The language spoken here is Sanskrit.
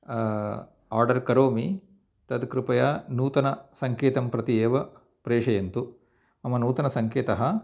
आर्डर् करोमि तत् कृपया नूतनसङ्केतं प्रति एव प्रेषयन्तु मम नूतनसङ्केतः